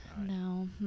no